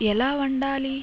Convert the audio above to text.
ఎలా వండాలి